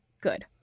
good